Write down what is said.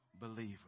believer